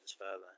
further